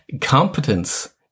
Competence